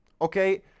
okay